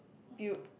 build